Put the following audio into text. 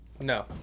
No